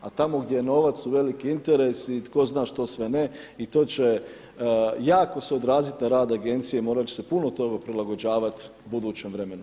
A tamo gdje je novac veliki interes i tko zna što sve ne, i to će jako se odraziti na rad Agencije i morat će se puno toga prilagođavat budućem vremenu.